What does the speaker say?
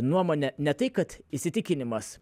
nuomonė ne tai kad įsitikinimas